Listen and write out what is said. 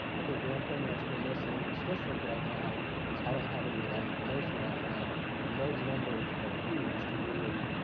i think one thing that's been missing in this district right now is i don't have any of that information right now and those numbers are huge to really,